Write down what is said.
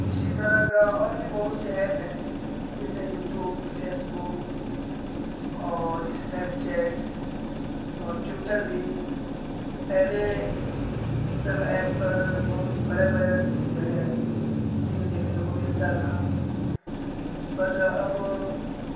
اسی طرح کا اور بھی بہت سے ایپ ہیں جیسے یو ٹیوب فیس بک اور اسنیپ چیٹ اور ٹوٹر بھی پہلے ان سب ایپ پر بڑے بڑے جو ہے سین دیکھنے کو ملتا تھا بٹ اب